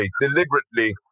deliberately